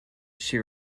she